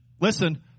Listen